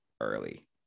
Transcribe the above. early